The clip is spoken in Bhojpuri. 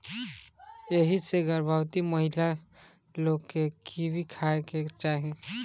एही से गर्भवती महिला लोग के कीवी खाए के चाही